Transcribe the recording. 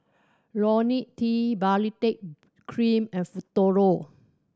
Ionil T Baritex Cream and Futuro